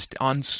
on